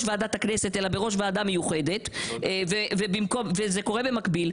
ועדת הכנסת אלא בראש ועדה מיוחדת וזה קורה במקביל.